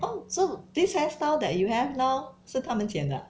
oh so this hairstyle that you have now 是他们剪的